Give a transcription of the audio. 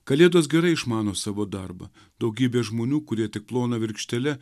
kalėdos gerai išmano savo darbą daugybė žmonių kurie tik plona virkštele